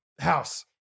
house